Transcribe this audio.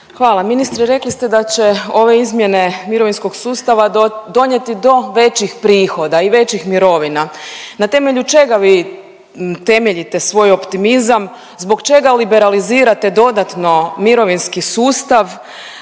Hvala. Ministre rekli ste da će ove izmjene mirovinskog sustava donijeti do većih prihoda i većih mirovina. Na temelju čega vi temeljite svoj optimizam, zbog čega liberalizirate dodatno mirovinski sustav,